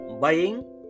buying